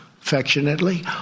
affectionately